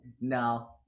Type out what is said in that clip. No